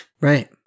Right